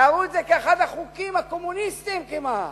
תיארו את זה כאחד החוקים הקומוניסטיים כמעט.